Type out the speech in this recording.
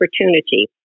opportunity